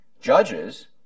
judges